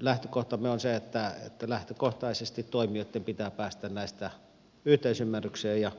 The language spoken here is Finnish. lähtökohtamme on se että lähtökohtaisesti toimijoitten pitää päästä näistä yhteisymmärrykseen ja